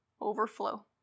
overflow